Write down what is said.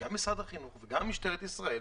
גם ממשרד החינוך וגם ממשטרת ישראל